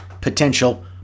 potential